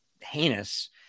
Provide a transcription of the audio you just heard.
heinous